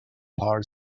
part